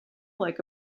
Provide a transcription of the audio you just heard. like